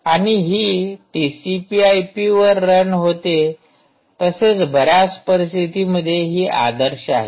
आणि हि TCP I P वर रन होते तसेच बऱ्याच परिस्थितीमध्ये हि आदर्श आहे